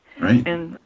Right